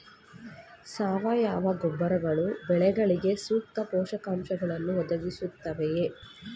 ಸಾವಯವ ಗೊಬ್ಬರಗಳು ಬೆಳೆಗಳಿಗೆ ಸೂಕ್ತ ಪೋಷಕಾಂಶಗಳನ್ನು ಒದಗಿಸುತ್ತವೆಯೇ?